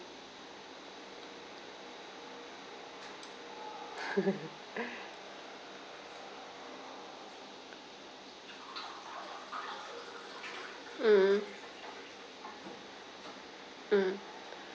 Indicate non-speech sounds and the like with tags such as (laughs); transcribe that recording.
(laughs) mm mm